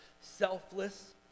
selfless